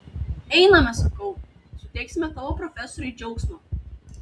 einame sakau suteiksime tavo profesoriui džiaugsmo